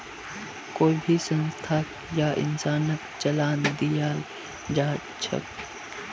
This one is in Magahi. कोई भी संस्थाक या इंसानक चालान दियाल जबा सख छ